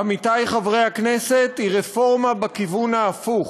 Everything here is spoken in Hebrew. עמיתי חברי הכנסת, היא רפורמה בכיוון ההפוך,